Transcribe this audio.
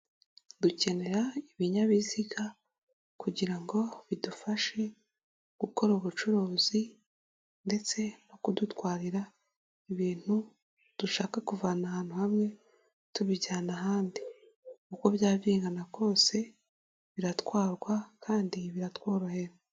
Dukenera ibinyabiziga kugira ngo bidufashe gukora ubucuruzi ndetse no kudutwarira ibintu dushaka kuvana ahantu hamwe tubijyana ahandi, uko byaba bingana kose biratwarwa kandi biratworohera.